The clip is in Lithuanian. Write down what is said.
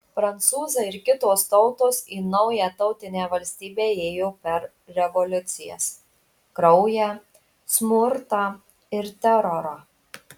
prancūzai ir kitos tautos į naują tautinę valstybę ėjo per revoliucijas kraują smurtą ir terorą